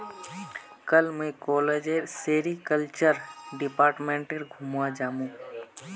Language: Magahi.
कल मुई कॉलेजेर सेरीकल्चर डिपार्टमेंट घूमवा जामु